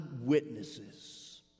witnesses